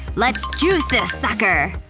let's juice this sucker!